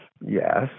Yes